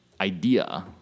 idea